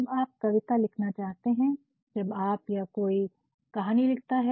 जब आप कविता लिखना चाहते हैं जब आप या कोई कहानी लिखता है